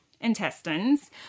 intestines